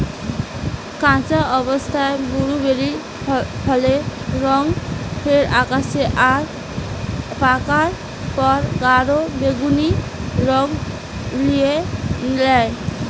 কাঁচা অবস্থায় বুলুবেরি ফলের রং ফেকাশে আর পাকার পর গাঢ় বেগুনী রং লিয়ে ল্যায়